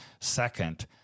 second